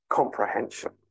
comprehension